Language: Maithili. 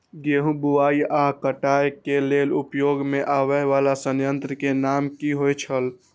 गेहूं बुआई आ काटय केय लेल उपयोग में आबेय वाला संयंत्र के नाम की होय छल?